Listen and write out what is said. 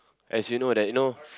as you know that you know